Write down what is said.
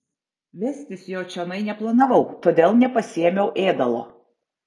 vestis jo čionai neplanavau todėl nepasiėmiau ėdalo